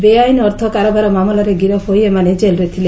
ବେଆଇନ ଅର୍ଥ କାରବାର ମାମଲାରେ ଗିରଫ ହୋଇ ଏମାନେ ଜେଲ୍ରେ ଥିଲେ